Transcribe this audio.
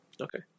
Okay